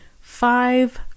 five